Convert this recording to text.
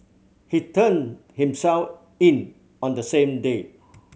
he turned himself in on the same day